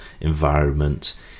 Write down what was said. environment